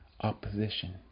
opposition